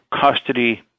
custody